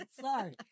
sorry